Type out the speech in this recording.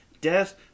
death